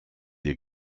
ihr